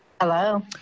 Hello